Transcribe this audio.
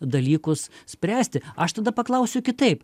dalykus spręsti aš tada paklausiu kitaip